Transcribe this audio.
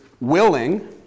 willing